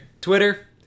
Twitter